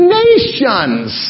nations